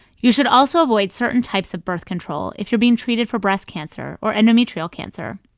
you should also avoid certain types of birth control if you're being treated for breast cancer or endometrial cancer